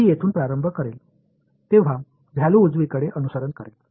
मी येथून प्रारंभ करेन तेव्हा व्हॅल्यू उजवीकडे अनुसरण करेल